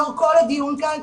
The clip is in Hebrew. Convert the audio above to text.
לאור כל הדיון כאן,